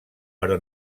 però